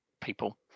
people